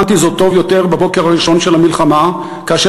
הבנתי זאת טוב יותר בבוקר הראשון של המלחמה כאשר